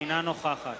אינה נוכחת